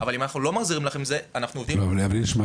אבל אם אנחנו לא מחזירים לך את זה -- אבל יש פה